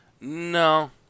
No